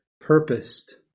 purposed